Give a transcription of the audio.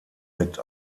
mit